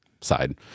side